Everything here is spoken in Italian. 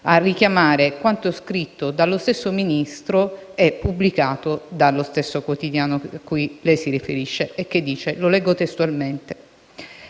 a richiamare quanto scritto dallo stesso Ministro e pubblicato dallo stesso quotidiano cui lei si riferisce e che leggo testualmente: